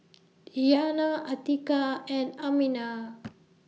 Diyana Atiqah and Aminah